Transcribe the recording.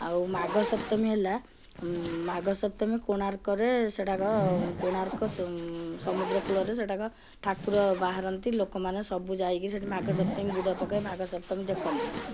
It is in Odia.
ଆଉ ମାଘ ସପ୍ତମୀ ହେଲା ମାଘ ସପ୍ତମୀ କୋଣାର୍କରେ ସେଟାକ କୋଣାର୍କ ସମୁଦ୍ର କୂଳରେ ସେଇଟାକ ଠାକୁର ବାହାରନ୍ତି ଲୋକମାନେ ସବୁ ଯାଇକି ମାଘ ସପ୍ତମୀ ବୁଡ଼ ପକେଇ ମାଘ ସପ୍ତମୀ ଦେଖନ୍ତି